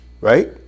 Right